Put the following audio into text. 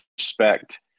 respect